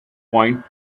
point